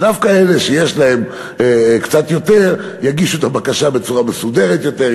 ודווקא אלה שיש להם קצת יותר יגישו את הבקשה בצורה מסודרת יותר,